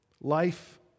life